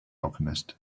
alchemist